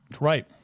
Right